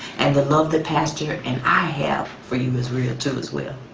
and the love that pastor and i have for you is real, too as well.